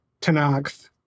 Tanakh